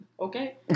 Okay